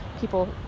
people